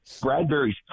Bradbury's